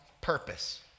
purpose